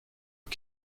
aux